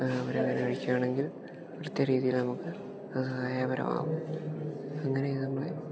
അവർ അങ്ങനെ കഴിക്കുക ആണെങ്കിൽ കൃത്യ രീതിയിൽ നമുക്ക് അത് സഹായപരമാകും അങ്ങനെ നമ്മളെ